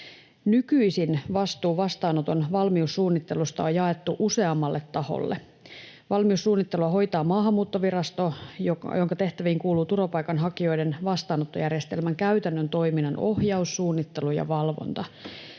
Nykyisin vastuu vastaanoton valmiussuunnittelusta on jaettu useammalle taholle. Valmiussuunnittelua hoitaa Maahanmuuttovirasto, jonka tehtäviin kuuluu turvapaikanhakijoiden vastaanottojärjestelmän käytännön toiminnan ohjaus, suunnittelu ja valvonta.